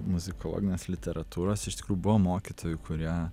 muzikologinės literatūros iš tikrųjų buvo mokytojų kurie